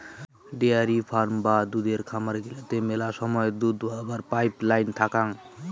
dairy farm বা দুধের খামার গিলাতে মেলা সময় দুধ দোহাবার পাইপ নাইন থাকাং